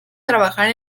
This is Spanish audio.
trabajar